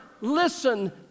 Listen